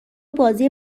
بازی